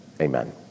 Amen